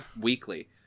weekly